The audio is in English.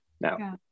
Now